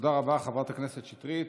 תודה רבה, חברת הכנסת שטרית.